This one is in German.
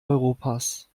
europas